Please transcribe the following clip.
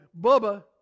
Bubba